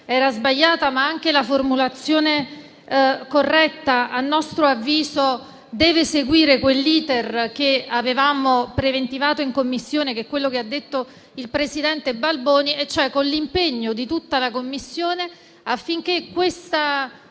era sbagliato, ma anche la formulazione corretta, a nostro avviso, deve seguire quell'*iter* che avevamo preventivato in Commissione, che è quello delineato dal presidente Balboni, vale a dire, l'impegno di tutta la Commissione affinché questa